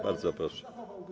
Bardzo proszę.